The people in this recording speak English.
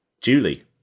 Julie